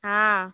ହଁ